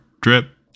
drip